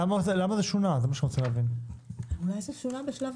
אני רוצה להבין למה זה שונה.